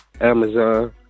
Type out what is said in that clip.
Amazon